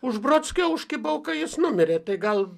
už brodskio užkibau kai jis numirė tai gal